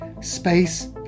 space